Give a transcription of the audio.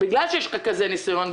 בגלל שיש לך כזה ניסיון,